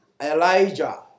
Elijah